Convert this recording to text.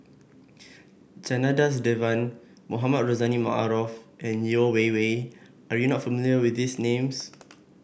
Janadas Devan Mohamed Rozani Maarof and Yeo Wei Wei are you not familiar with these names